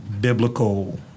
biblical